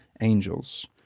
angels